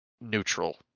neutral